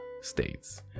states